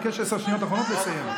אני מבקש, עשר שניות אחרונות, לסיים.